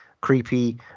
creepy